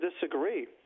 disagree